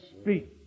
speak